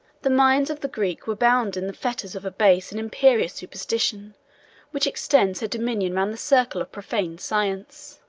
the minds of the greek were bound in the fetters of a base and imperious superstition which extends her dominion round the circle of profane science.